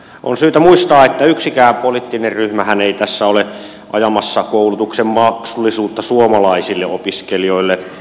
on syytä muistaa että yksikään poliittinen ryhmähän ei tässä ole ajamassa koulutuksen maksullisuutta suomalaisille opiskelijoille